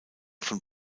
von